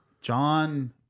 John